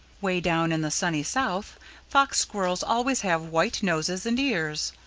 way down in the sunny south fox squirrels always have white noses and ears.